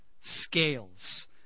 scales